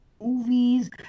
movies